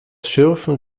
schürfen